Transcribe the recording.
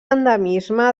endemisme